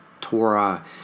Torah